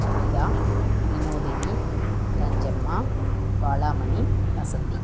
Kavitha Vinodhini Thanjamma Balamani Vasanthi